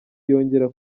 yongera